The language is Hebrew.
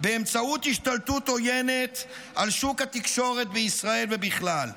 באמצעות השתלטות עוינת על שוק התקשורת בישראל ובכלל.